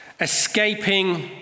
escaping